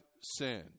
sinned